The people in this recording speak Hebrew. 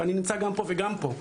ואני נמצא גם פה וגם פה,